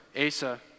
Asa